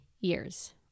years